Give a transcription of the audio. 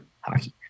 Hockey